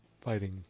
fighting